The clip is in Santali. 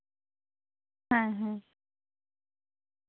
ᱦᱮᱸ ᱦᱮᱸ